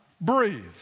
breathe